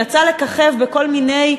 יצא לככב בכל מיני,